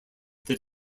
did